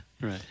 Right